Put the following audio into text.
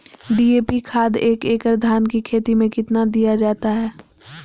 DAP खाद एक एकड़ धान की खेती में कितना दीया जाता है?